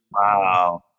Wow